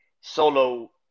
Solo